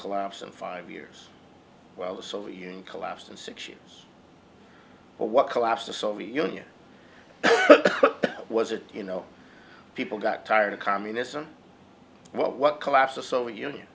collapse in five years well the soviet union collapsed in six years what collapsed the soviet union was it you know people got tired of communism what collapsed the soviet union